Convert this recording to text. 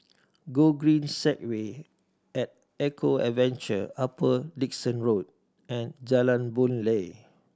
Gogreen Segway At Eco Adventure Upper Dickson Road and Jalan Boon Lay